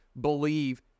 believe